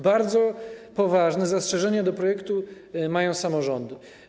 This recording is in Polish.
Bardzo poważne zastrzeżenia odnośnie do projektu mają samorządy.